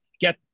get